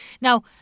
Now